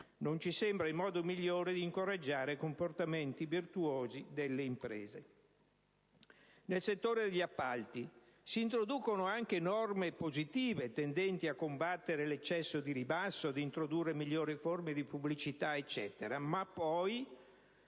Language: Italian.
Non ci sembra il modo migliore di incoraggiare i comportamenti virtuosi delle imprese. Nel settore degli appalti si introducono anche norme positive, tendenti a combattere l'eccesso di ribasso, ad introdurre migliori forme di pubblicità, e così via, ma poi